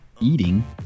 eating